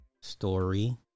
story